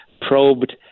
probed